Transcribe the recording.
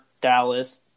Dallas